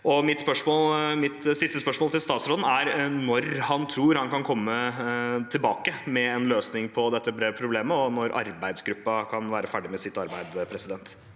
Mitt siste spørsmål til statsråden er når han tror han kan komme tilbake med en løsning på dette problemet, og når arbeidsgruppen kan være ferdig med sitt arbeid.